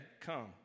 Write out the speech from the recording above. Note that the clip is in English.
Come